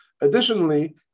Additionally